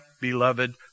beloved